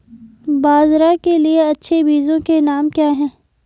बाजरा के लिए अच्छे बीजों के नाम क्या हैं?